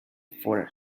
for